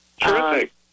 Terrific